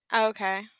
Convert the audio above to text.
okay